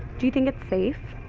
do you think it's safe